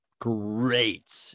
Great